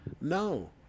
no